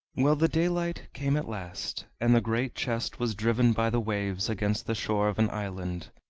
well, the daylight came at last, and the great chest was driven by the waves against the shore of an island.